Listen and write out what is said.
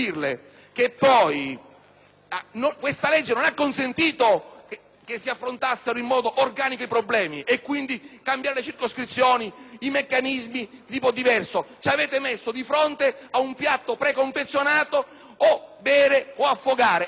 Questa legge non ha consentito di affrontare in modo organico i problemi e quindi modificare le circoscrizioni ed i meccanismi elettorali. Ci avete messo di fronte ad una bevanda preconfezionata: o bere o affogare. E qui stiamo affogando noi!